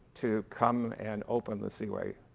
to come and open the seaway.